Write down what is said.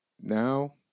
now